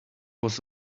was